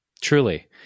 truly